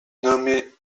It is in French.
nommé